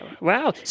Wow